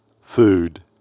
food